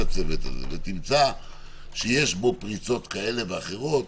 הצוות הזה ותמצא שיש בו פרצות כאלה ואחרות,